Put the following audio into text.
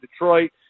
Detroit